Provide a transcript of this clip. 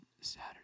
Saturday